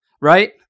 right